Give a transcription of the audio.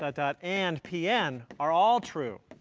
dot, dot, and p n are all true,